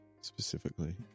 specifically